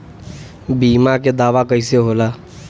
बीमा के दावा कईसे होला?